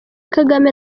kagame